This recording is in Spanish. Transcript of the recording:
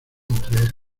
entre